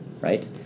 right